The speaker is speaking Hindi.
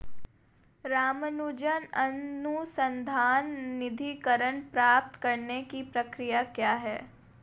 रामानुजन अनुसंधान निधीकरण प्राप्त करने की प्रक्रिया क्या है?